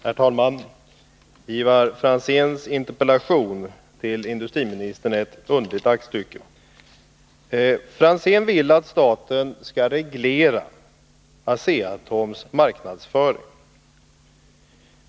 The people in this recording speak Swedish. Herr talman! Ivar Franzéns interpellation till industriministern är ett underligt aktstycke. Ivar Franzén vill att staten skall reglera Asea-Atoms marknadsföring.